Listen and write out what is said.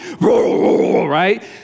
right